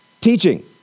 teaching